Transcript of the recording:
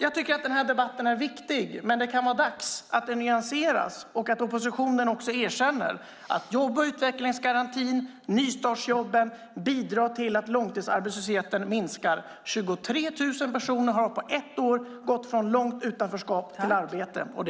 Jag tycker att den här debatten är viktig, men det kan vara dags att den nyanseras och att oppositionen erkänner att jobb och utvecklingsgarantin och nystartsjobben bidrar till att långtidsarbetslösheten minskar. Det är 23 000 personer som på ett år har gått från långt utanförskap till arbete.